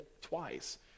twice